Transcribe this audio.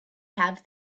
have